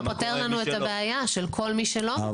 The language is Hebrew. אבל זה לא פותר לנו את הבעיה של כל מי שלא מוכן לקבל את זה כך.